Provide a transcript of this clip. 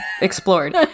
explored